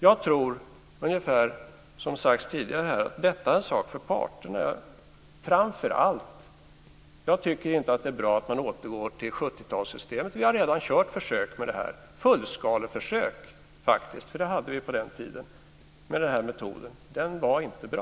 Jag tror - som har sagts tidigare - att detta är en sak för parterna. Det är inte bra att återgå till 70 talssystemet. Vi har redan kört fullskaleförsök med den metoden på den tiden. Den var inte bra.